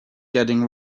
getting